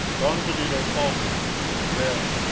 don benito faltered then,